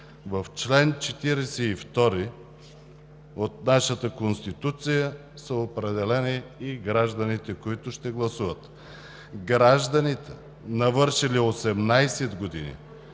В чл. 42 от нашата Конституция са определени и гражданите, които ще гласуват: „Гражданите, навършили 18 години,